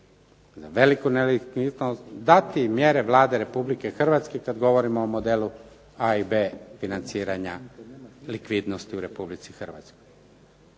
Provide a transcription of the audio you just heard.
za veliku nelikvidnost dati i mjere Vlade Republike Hrvatske kad govorimo o modelu A i B financiranja likvidnosti u Republici Hrvatskoj.